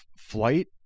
flight